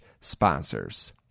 sponsors